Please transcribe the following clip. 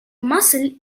muscle